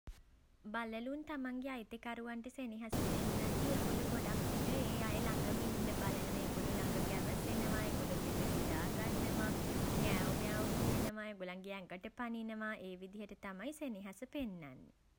බළලුන් තමන්ගේ අයිතිකරුවන්ට සෙනෙහස පෙන්නද්දී ඒගොල්ලෝ ගොඩක් විට ඒ අය ළඟම ඉන්ඩ බලනවා. ඒගොල්ලෝ ළඟ ගැවසෙනවා. ඒගොල්ලොත් එක්ක නිදා ගන්නවා. මියැව් මියැව් කියනවා. ඒගොල්ලන්ගේ ඇඟට පනිනවා. ඒ විදියට තමයි සෙනෙහස පෙන්නන්නේ.